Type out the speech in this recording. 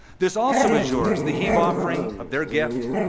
this also is yours the heave offering of their gift,